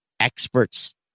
Experts